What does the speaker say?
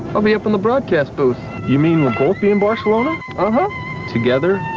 i'll be up in the broadcast booth you mean we'll both be in barcelona? ah huh together?